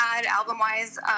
album-wise